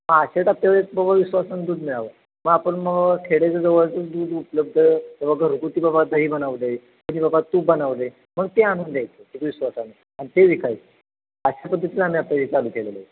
मग अशा टप्प्यावर एक बाबा विश्वासानं दूध मिळावं मग आपण मग खेड्याच्या जवळचंच दूध उपलब्ध किंवा घरगुती बाबा दही बनवलं आहे कुणी बाबा तूप बनवलं आहे मग ते आणून द्यायचं एक विश्वासानं आणि ते विकायचं अशा पद्धतीत आम्ही आता हे चालू केलेलं आहे